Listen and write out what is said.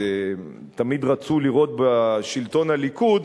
שתמיד רצו לראות בשלטון הליכוד,